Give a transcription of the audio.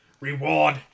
reward